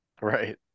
Right